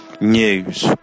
News